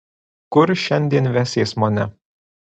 kur šiandien vesies mane